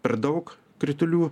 per daug kritulių